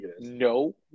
no